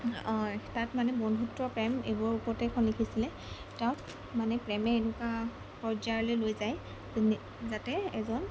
অঁ তাত মানে বন্ধুত্ব প্ৰেম এইবোৰৰ ওপৰতে এইখন লিখিছিলে তেওঁক মানে প্ৰেমে এনেকুৱা পৰ্যায়লৈ লৈ যায় যাতে এজন